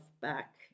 back